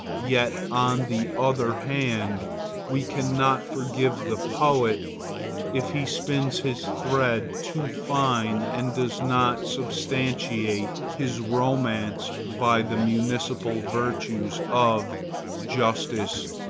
yet on the other hand we cannot forgive the poet if he spins his thread too fine and does not substantiate his romance by the municipal virtues of justice,